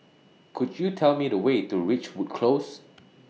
Could YOU Tell Me The Way to Ridgewood Close